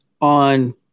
on